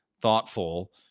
thoughtful